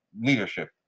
leadership